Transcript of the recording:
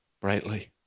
brightly